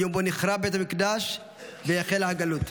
היום שבו נחרב בית המקדש והחלה הגלות.